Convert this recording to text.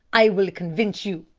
i will convince you.